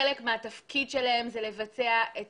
חלק מהתפקיד שלהם הוא לבצע את